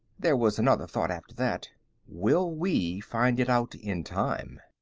there was another thought, after that will we find it out in time?